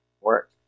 work